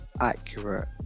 accurate